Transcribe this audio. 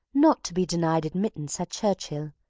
not to be denied admittance at churchhill.